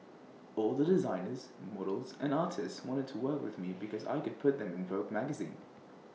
all the designers models and artists wanted to work with me because I could put them in Vogue magazine